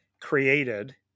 created